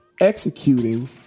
executing